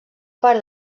part